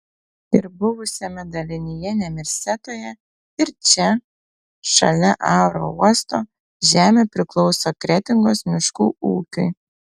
ir buvusiame dalinyje nemirsetoje ir čia šalia aerouosto žemė priklauso kretingos miškų ūkiui